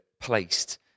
placed